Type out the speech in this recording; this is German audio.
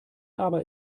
aber